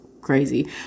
crazy